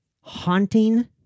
haunting